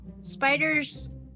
spiders